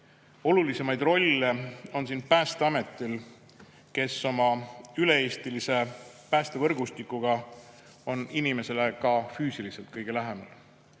kursil. Olulisemaid rolle on Päästeametil, kes oma üle-eestilise päästevõrgustikuga on inimesele ka füüsiliselt kõige lähemal.